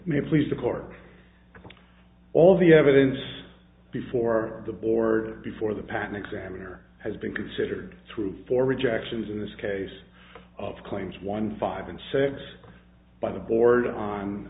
may please the court all the evidence before the board before the patent examiner has been considered through four rejections in this case of claims one five and six by the board